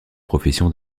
profession